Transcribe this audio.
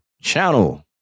channel